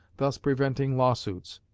thus preventing law-suits.